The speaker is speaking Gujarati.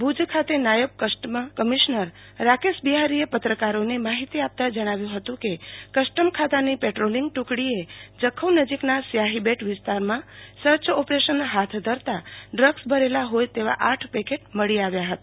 ભુજ ખાતે નાયબ કસ્ટમ કમિશ્નર રાકેશ બિહારીએ પત્રકારોને માહિતી આપતા જણાવ્યું હતું કે કસ્ટમ ખાતાની પેટ્રોલિંગ ટુકડીએ જખૌ નજીકના સ્યાહી બેટ વિસ્તારમાં સર્ચ ઓપરેશન હાથ ધરતા ડ્રગ્સ ભરેલું હોય તેવા આઠ પેકેટ મળી આવ્યા હતા